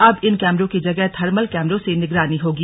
अब इन कैमरों की जगह थर्मल कैमरों से निगरानी होगी